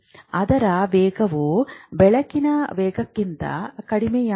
ಅದರ ವೇಗವು ಬೆಳಕಿನ ವೇಗಕ್ಕಿಂತ ಕಡಿಮೆಯಾಗಿದೆ